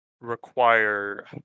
require